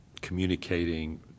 Communicating